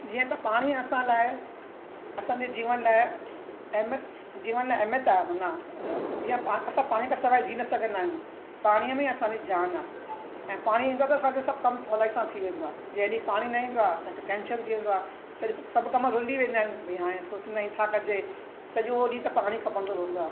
जीअं त पाणी असां लाइ असांजे जीवन लाइ अहमियत जीवन में अहमियत आहे माना जीअं पा असां पाणी खां सवाइ बिना जी न सघंदा आहियूं पाणीअ में असांजी जान आहे ऐं पाणी ईंदो आहे त असांजो सभु कमु सहुलियत सां थी वेंदो थे जंहिं ॾींहुं पाणी न ईंदो आहे असांखे टेंशन थी वेंदो आहे सभु कमु रुली वेंदा आहिनि ॿई हाणे सोचींदा आहियूं छा कजे सॼो ॾींहुं त पाणी खपंदो रहंदो आहे